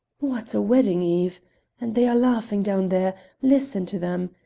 what a wedding-eve! and they are laughing down there listen to them.